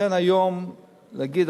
לכן היום להגיד,